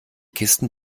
kisten